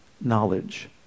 knowledge